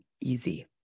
easy